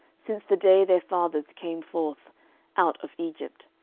since the day their fathers came forth out of egypt,